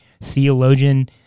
theologian